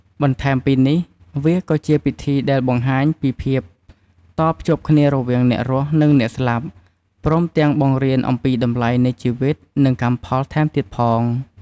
បន្ថែមពីនេះ វាក៏ជាពិធីដែលបង្ហាញពីភាពតភ្ជាប់គ្នារវាងអ្នករស់ និងអ្នកស្លាប់ ព្រមទាំងបង្រៀនអំពីតម្លៃនៃជីវិត និងកម្មផលថែមទៀតផង។